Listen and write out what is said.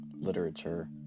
literature